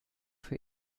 für